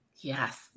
Yes